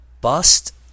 bust